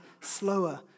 slower